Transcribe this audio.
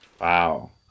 Wow